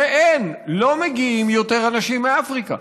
אין, לא מגיעים יותר אנשים מאפריקה.